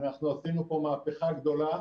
אנחנו עשינו פה מהפכה גדולה,